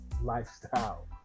lifestyle